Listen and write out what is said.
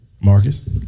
Marcus